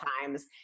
times